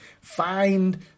find